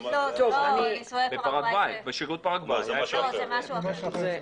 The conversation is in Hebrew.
לא, נישואי פרגוואי זה משהו אחר.